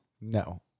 No